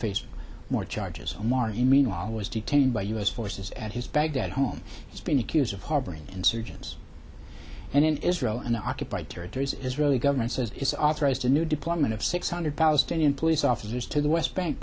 face more charges omar meanwhile was detained by u s forces at his baghdad home he's been accused of harboring insurgents and in israel and the occupied territories israeli government says it has authorized a new deployment of six hundred palestinian police officers to the west bank